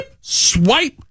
swipe